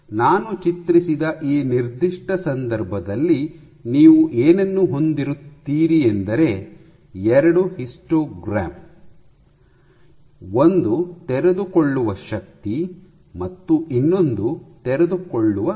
ನಾನು ಚಿತ್ರಿಸಿದ ಈ ನಿರ್ದಿಷ್ಟ ಸಂದರ್ಭದಲ್ಲಿ ನೀವು ಏನನ್ನು ಹೊಂದಿರುತ್ತೀರಿ ಎಂದರೆ ಎರಡು ಹಿಸ್ಟೋಗ್ರಾಮ್ಗಳು ಒಂದು ತೆರೆದುಕೊಳ್ಳುವ ಶಕ್ತಿ ಮತ್ತು ಇನ್ನೊಂದು ತೆರೆದುಕೊಳ್ಳುವ ಉದ್ದ